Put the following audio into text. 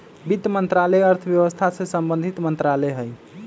वित्त मंत्रालय अर्थव्यवस्था से संबंधित मंत्रालय हइ